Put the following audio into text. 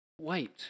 wait